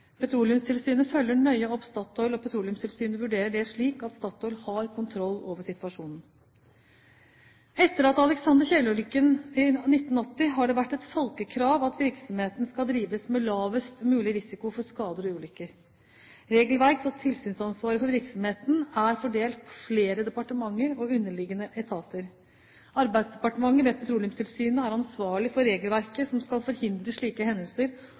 Petroleumstilsynet følger nøye opp Statoil, og Petroleumstilsynet vurderer det slik at Statoil har kontroll over situasjonen. Etter «Alexander Kielland»-ulykken i 1980 har det vært et folkekrav at virksomheten skal drives med lavest mulig risiko for skader og ulykker. Regelverks- og tilsynsansvaret for virksomheten er fordelt på flere departementer og underliggende etater. Arbeidsdepartementet, ved Petroleumstilsynet, er ansvarlig for regelverket som skal forhindre slike hendelser,